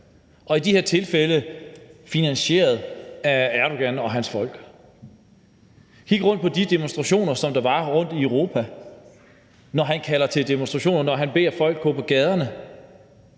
og i de her tilfælde finansieret af Erdogan og hans folk. Kig rundt på de demonstrationer, som der er rundt i Europa, når han indkalder til demonstrationer, når han beder folk om at gå på gaderne